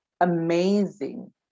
amazing